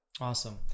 awesome